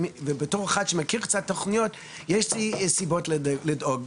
ובתור אחד שמכיר קצת תוכניות, יש לי סיבות לדאוג.